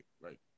right